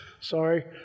Sorry